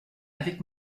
avec